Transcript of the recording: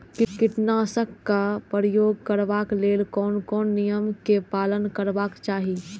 कीटनाशक क प्रयोग करबाक लेल कोन कोन नियम के पालन करबाक चाही?